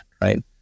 right